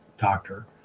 doctor